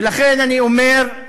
ולכן אני אומר,